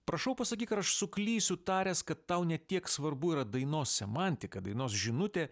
prašau pasakyk ar aš suklysiu taręs kad tau ne kiek svarbu yra dainos semantika dainos žinutė